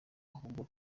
ahubwo